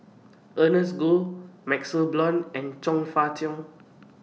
Ernest Goh MaxLe Blond and Chong Fah Cheong